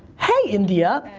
hey india,